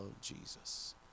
jesus